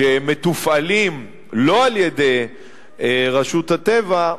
שמתופעלים לא על-ידי רשות הטבע,